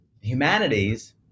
Humanities